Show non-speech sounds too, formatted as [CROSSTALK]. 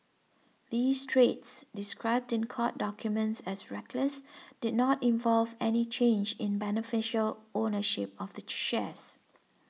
these trades described in court documents as reckless did not involve any change in beneficial ownership of the [NOISE] shares